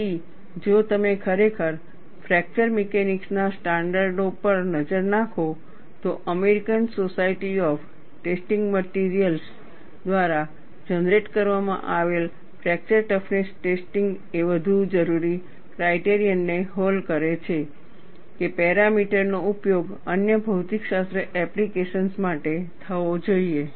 તેથી જો તમે ખરેખર ફ્રેક્ચર મિકેનિક્સનાં સ્ટાન્ડર્ડો પર નજર નાખો તો American society of testing materials દ્વારા જનરેટ કરવામાં આવેલ ફ્રેક્ચર ટફનેસ ટેસ્ટિંગ એ વધુ જરૂરી ક્રાઇટેરિયન ને હૉલ કરે છે કે પેરામીટર નો ઉપયોગ અન્ય ભૌતિકશાસ્ત્ર એપ્લિકેશન્સ માટે થવો જોઈએ